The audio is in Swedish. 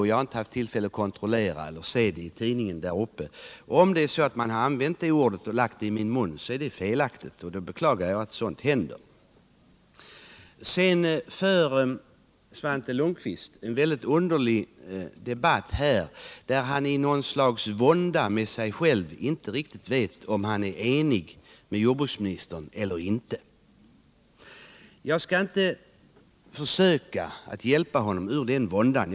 Jag har inte haft tillfälle att läsa tidningarna där uppifrån, men om man har lagt det ordet i min mun är det felaktigt, och det beklagar jag i så fall. Svante Lundkvist för en underlig debatt, där han i något slags vånda inför sig själv inte riktigt vet om han är enig med jordbruksministern eller inte. Jag skall inte försöka hjälpa honom ur den våndan.